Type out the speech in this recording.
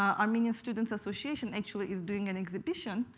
armenian students association actually is doing an exhibition,